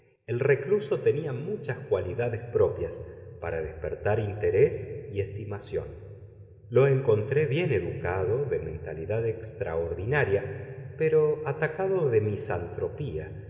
el recluso tenía muchas cualidades propias para despertar interés y estimación lo encontré bien educado de mentalidad extraordinaria pero atacado de